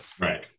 Right